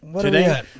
Today